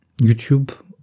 YouTube